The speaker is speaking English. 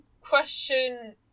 question